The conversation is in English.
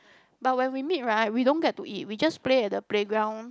but when we meet right we don't get to eat we just play at the playground